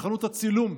בחנות הצילום,